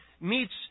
meets